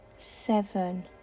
Seven